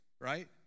right